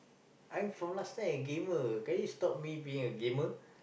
I'm from last time a gamer can you stop me being a gamer